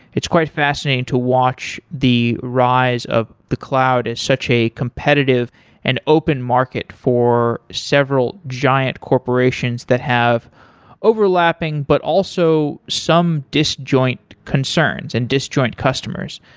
it's quit fascinating to watch the rise of the cloud. it's such a competitive and open market for several giant corporations that have overlapping, but also some disjoint concerns and disjoint customers.